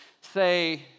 say